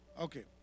Okay